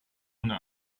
ohne